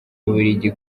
bubiligi